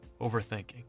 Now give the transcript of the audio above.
Overthinking